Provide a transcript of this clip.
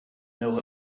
know